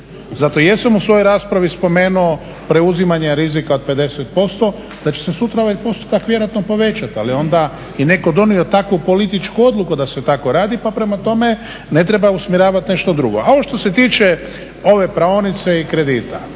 Zato jesam u svojoj raspravi spomenuo preuzimanje rizika od 50% da će se sutra ovaj postotak vjerojatno povećati. Ali onda je netko donio takvu političku odluku da se tako radi pa prema tome ne treba usmjeravati nešto drugo. A ovo što se tiče ove praonice i kredita,